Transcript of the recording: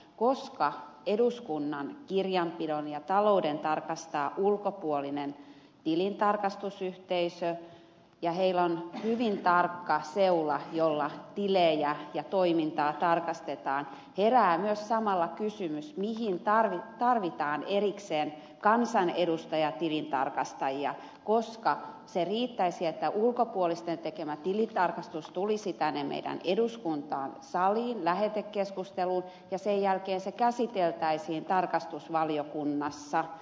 koska eduskunnan kirjanpidon ja talouden tarkastaa ulkopuolinen tilintarkastusyhteisö ja heillä on hyvin tarkka seula jolla tilejä ja toimintaa tarkastetaan herää myös samalla kysymys mihin tarvitaan erikseen kansanedustajatilintarkastajia koska se riittäisi että ulkopuolisten tekemä tilintarkastus tulisi tänne eduskuntaan saliin lähetekeskusteluun ja sen jälkeen se käsiteltäisiin tarkastusvaliokunnassa